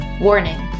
Warning